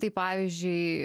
tai pavyzdžiui